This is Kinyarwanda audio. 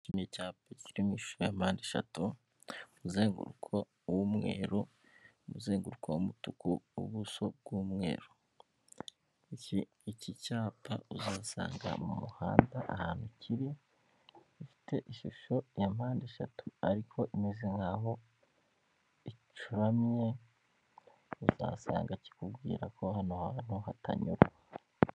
Iki ni icyapa kiri mu ishusho ya mpande eshatu, umuzenguruko w'umweru, umuzenguruko w'umutuku, ubuso bw'umweru. Iki cyapa uzasanga mu muhanda ahantu kiri gifite ishusho ya mpande eshatu ariko imeze nkaho icuramye uzasanga kikubwira ko hano hantu hatanyurwa.